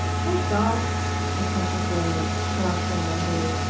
oh, gosh! protested gloria, collapsing mentally,